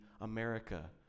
America